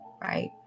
right